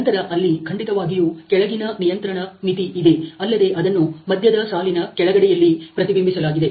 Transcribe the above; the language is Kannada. ನಂತರ ಅಲ್ಲಿ ಖಂಡಿತವಾಗಿಯೂ ಕೆಳಗಿನ ನಿಯಂತ್ರಣ ಮಿತಿ ಇದೆ ಅಲ್ಲದೆ ಅದನ್ನು ಮಧ್ಯದ ಸಾಲಿನ ಕೆಳಗಡೆಯಲ್ಲಿ ಪ್ರತಿಬಿಂಬಿಸಲಾಗಿದೆ